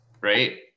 Right